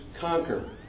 conquer